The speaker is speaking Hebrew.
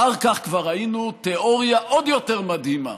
אחר כך כבר ראינו תיאוריה עוד יותר מדהימה,